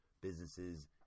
businesses